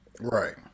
Right